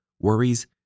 worries